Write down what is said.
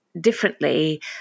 differently